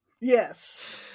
Yes